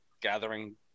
gathering